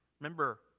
Remember